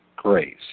grace